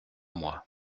moi